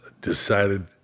decided